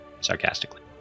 sarcastically